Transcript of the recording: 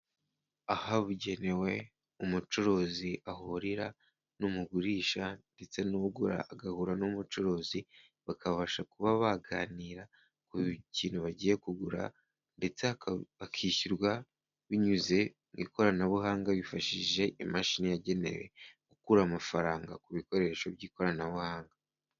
Ahabugenewe umucuruzi ahurira n'umugurisha ndetse n'ugura agahura n'umucuruzi bakabasha kuba baganira ku kintu bagiye kugura ndetse bakishyurwa binyuze mu ikoranabuhanga bifashishije imashini yagenewe gukura amafaranga ku bikoresho by'ikoranabuhanga.